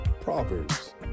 Proverbs